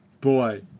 boy